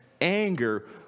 anger